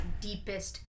deepest